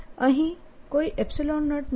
અહીં કોઈ 0 નથી